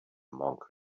monk